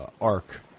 arc